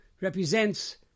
represents